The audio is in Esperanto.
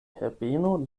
herbeno